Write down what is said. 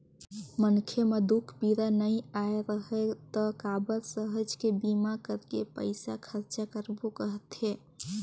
मनखे म दूख पीरा नइ आय राहय त काबर सहज के बीमा करके पइसा खरचा करबो कहथे